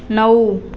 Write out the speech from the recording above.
नऊ